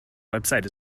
website